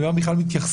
למה בדיוק מתייחסים.